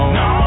no